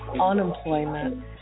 unemployment